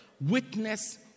witness